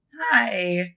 Hi